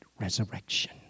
resurrection